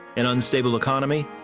an unstable economy,